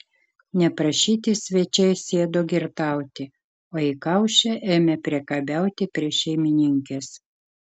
neprašyti svečiai sėdo girtauti o įkaušę ėmė priekabiauti prie šeimininkės